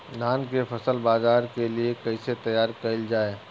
धान के फसल बाजार के लिए कईसे तैयार कइल जाए?